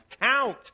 count